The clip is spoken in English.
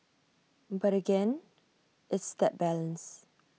but again it's that balance